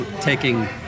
taking